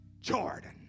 Jordan